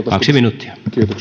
kaksi minuuttia